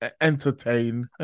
Entertain